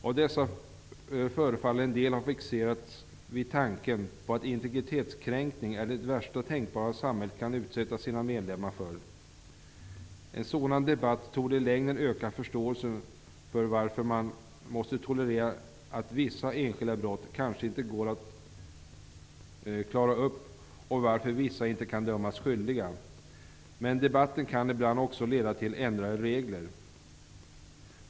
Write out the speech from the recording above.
Av dessa förefaller en del att ha fixerats vid tanken att en integritetskränkning är det värsta tänkbara som samhället kan utsätta sina medborgare för. En sådan debatt torde i längden öka förståelsen för att man måste tolerera att vissa enskilda brott kanske inte går att klara upp och att vissa inte kan dömas skyldiga. Men debatten kan ibland också leda till ändrade regler.